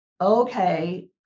Okay